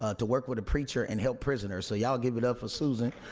ah to work with a preacher and help prisoners, so y'all give it up for susan.